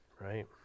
right